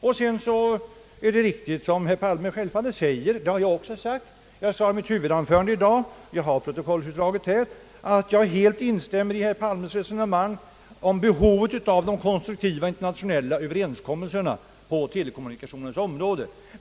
Det är självfallet riktigt som herr Palme säger — det har jag också sagt i mitt huvudanförande; jag har här utskriften av talet — och jag instämmer helt i herr Palmes resonemang om behovet av de konstruktiva internationella överenskommelserna på det telekommersiella området.